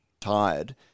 tired